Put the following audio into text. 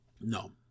no